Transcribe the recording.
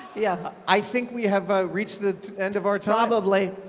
yeah i think we have reached the end of our time. probably.